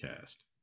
cast